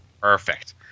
Perfect